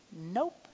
nope